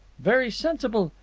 very sensible.